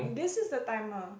this is the timer